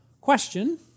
Question